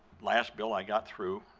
last bill i got through,